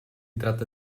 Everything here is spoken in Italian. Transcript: tratta